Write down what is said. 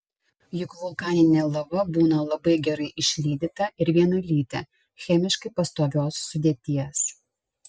juk vulkaninė lava būna labai gerai išlydyta ir vienalytė chemiškai pastovios sudėties